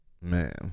Man